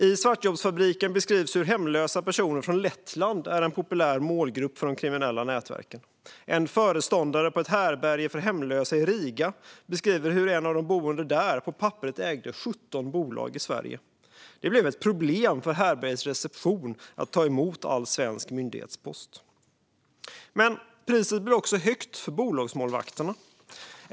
I Svartjobbsfabriken beskrivs hur hemlösa personer från Lettland är en populär målgrupp för de kriminella nätverken. En föreståndare på ett härbärge för hemlösa i Riga beskriver hur en av de boende där på papperet ägde 17 bolag i Sverige. Det blev ett problem för härbärgets reception att ta emot all svensk myndighetspost. Men priset blir också högt för bolagsmålvakterna.